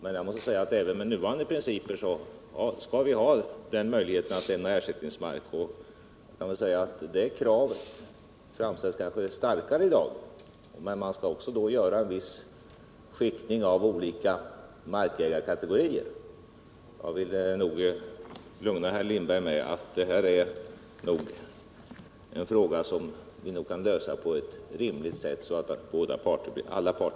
Men jag måste säga att även med nuvarande principer skall det finnas möjlighet att lämna ersättningsmark.